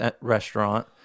restaurant